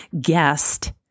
guest